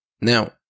Now